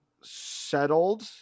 settled